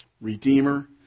Redeemer